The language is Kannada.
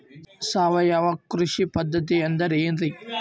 ಸಾವಯವ ಕೃಷಿ ಪದ್ಧತಿ ಅಂದ್ರೆ ಏನ್ರಿ?